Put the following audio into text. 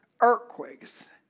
earthquakes